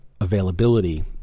availability